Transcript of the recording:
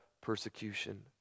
persecution